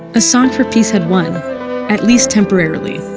a song for peace had won at least temporarily.